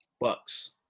bucks